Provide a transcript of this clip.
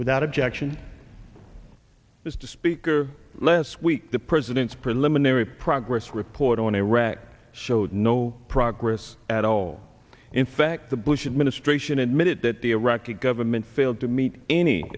without objection this to speaker less week the president's preliminary progress report on iraq showed no progress at all in fact the bush administration admitted that the iraqi government failed to meet any